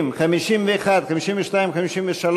50, 51, 52, 53,